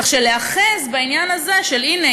כך שלהיאחז בעניין הזה של "הנה,